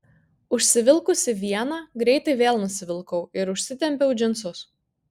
užsivilkusi vieną greitai vėl nusivilkau ir užsitempiau džinsus